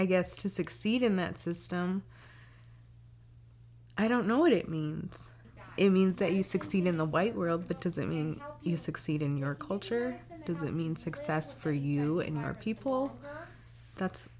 i guess to succeed in that system i don't know what it means it means that you succeed in the white world but does it mean you succeed in your culture does it mean success for you know in our people that's